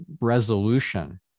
resolution